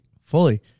Fully